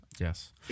Yes